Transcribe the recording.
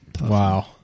Wow